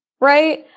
Right